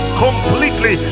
completely